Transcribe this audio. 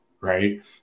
Right